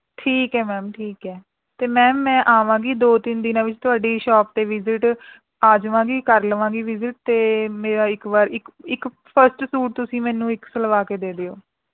ਠੀਕ ਹੈ ਮੈਮ ਠੀਕ ਹੈ ਅਤੇ ਮੈਮ ਮੈਂ ਆਵਾਂਗੀ ਦੋ ਤਿੰਨ ਦਿਨਾਂ ਵਿੱਚ ਤੁਹਾਡੀ ਸ਼ੌਪ 'ਤੇ ਵੀਜ਼ਿਟ ਆ ਜਾਵਾਂਗੀ ਕਰ ਲਵਾਂਗੀ ਵੀਜ਼ਿਟ ਅਤੇ ਮੇਰਾ ਇੱਕ ਵਾਰ ਇੱਕ ਇੱਕ ਫਸਟ ਸੂਟ ਤੁਸੀਂ ਮੈਨੂੰ ਇੱਕ ਸਿਲਵਾ ਕੇ ਦੇ ਦਿਓ